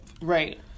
Right